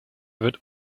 wird